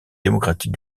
démocratique